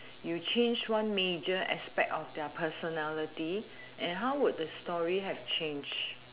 you change one major aspect of their personality and how would the story have changed